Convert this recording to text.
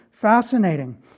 fascinating